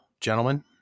Gentlemen